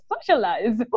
socialize